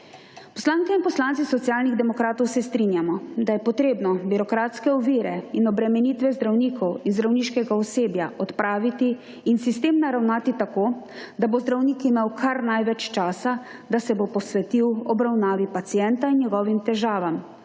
Poslanke in poslanci Socialnih demokratov se strinjamo, da je treba birokratske ovire in obremenitve zdravnikov ter zdravniškega osebja odpraviti in sistem naravnati tako, da bo zdravnik imel kar največ časa, da se bo posvetil obravnavi pacienta in njegovim težavam,